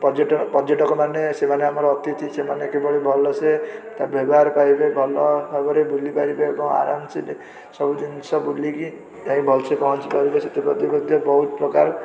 ପର୍ଯ୍ୟଟକ ପର୍ଯ୍ୟଟକମାନେ ସେମାନେ ଆମର ଅତିଥି ସେମାନେ କିଭଳି ଭଲସେ ତା' ବ୍ୟବହାର ପାଇବେ ଭଲ ଭାବରେ ବୁଲିପାରିବେ ଏବଂ ଆରାମସେ ସବୁ ଜିନିଷ ବୁଲିକି ଯାଇ ଭଲସେ ପହଞ୍ଚି ପାରିବେ ସେଥିପ୍ରତି ମଧ୍ୟ ବହୁତପ୍ରକାର